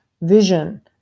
vision